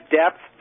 depth